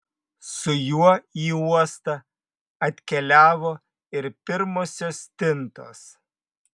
su juo į uostą atkeliavo ir pirmosios stintos